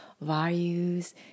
values